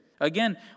Again